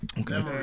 okay